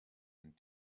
and